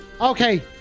Okay